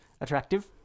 attractive